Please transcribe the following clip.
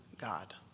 God